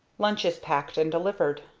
lunches packed and delivered.